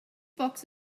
box